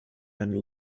and